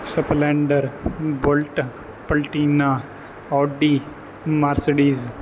splendor bullet Platina Audi Mercedes